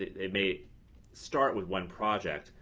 they may start with one project,